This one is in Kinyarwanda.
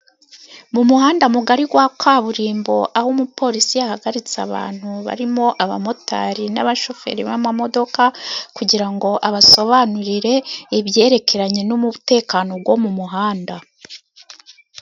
Mu muhanda mugari gwa kaburimbo aho umupolisi yahagaritse abantu barimo abamotari n'abashoferi b'amamodoka kugira ngo abasobanurire ibyerekeranye n'umutekano go mu muhanda.